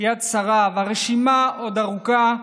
יד שרה, והרשימה עוד ארוכה.